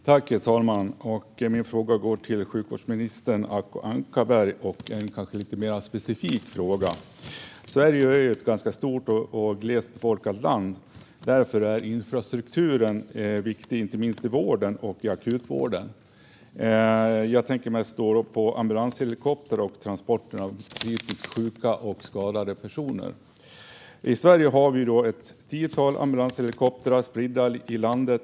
Herr talman! Min fråga går till sjukvårdsminister Acko Ankarberg Johansson, och det är kanske en lite mer specifik fråga. Sverige är ett stort och glest befolkat land. Därför är infrastrukturen viktig i inte minst vården och akutvården. Jag tänker mest på ambulanshelikoptrar och transporten av kritiskt sjuka och skadade personer. I Sverige har vi ett tiotal ambulanshelikoptrar spridda över landet.